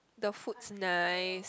the food's nice